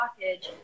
blockage